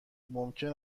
ممکن